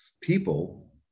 people